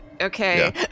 okay